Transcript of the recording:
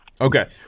Okay